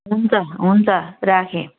हुन्छ हुन्छ राखेँ